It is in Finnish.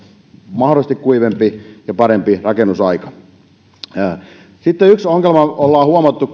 mahdollisesti kuivempi ja parempi rakennusaika myöskin yksi ongelma ollaan kyllä huomattu